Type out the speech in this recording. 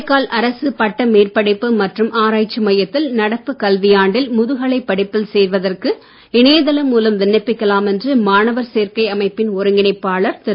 காரைக்கால் அரசு பட்ட மேற்படிப்பு மற்றும் ஆராய்ச்சி மையத்தில் நடப்பு கல்வியாண்டில் முதுகலை படிப்பில் சேர்வதற்கு இணையதளம் மூலம் விண்ணப்பிக்கலாம் என்று மாணவர் சேர்க்கை அமைப்பின் ஒருங்கிணைப்பாளர் திரு